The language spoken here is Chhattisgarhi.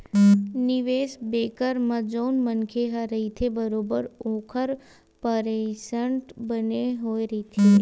निवेस बेंकर म जउन मनखे ह रहिथे बरोबर ओखर परसेंट बने होय रहिथे